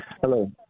Hello